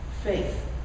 Faith